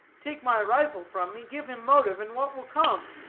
take my rifle from me, give him motive, and what will come?